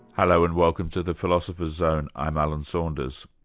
hello, and welcome to the philosopher's zone. i'm alan saunders.